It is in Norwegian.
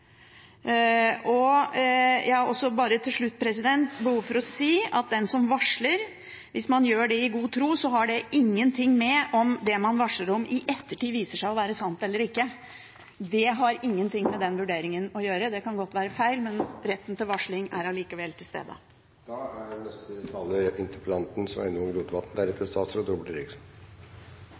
Jeg har også, bare til slutt, behov for å si at hvis man varsler i god tro, har det ingenting å si om det man varsler om, i ettertid viser seg å være sant eller ikke. Det har ingenting med den vurderingen å gjøre. Det kan godt være feil, men retten til varsling er allikevel til stede. Når vi i Noreg er